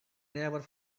never